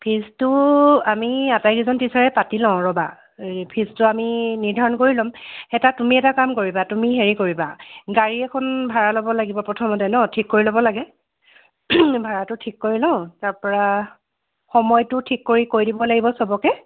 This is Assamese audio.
ফিজটো আমি আটাইকেইজন টিচাৰে পাতি লওঁ ৰ'বা এই ফিজটো আমি নিৰ্ধাৰণ কৰি ল'ম এটা তুমি এটা কাম কৰিবা তুমি হেৰি কৰিবা গাড়ী এখন ভাৰা ল'ব লাগিব প্ৰথমতে ন' ঠিক কৰি ল'ব লাগে ভাড়াটো ঠিক কৰি লওঁ তাৰপৰা সময়টো ঠিক কৰি কৈ দিব লাগিব সবকে